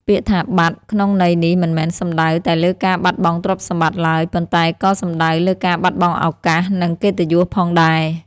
ពាក្យថា «បាត់» ក្នុងន័យនេះមិនមែនសំដៅតែលើការបាត់បង់ទ្រព្យសម្បត្តិឡើយ ប៉ុន្តែក៏សំដៅលើការបាត់បង់ឱកាស និងកិត្តិយសផងដែរ។